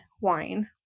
wine